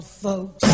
folks